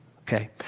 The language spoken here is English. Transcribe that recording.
Okay